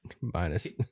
minus